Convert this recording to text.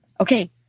Okay